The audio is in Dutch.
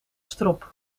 strop